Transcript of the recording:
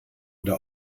oder